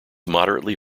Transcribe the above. moderately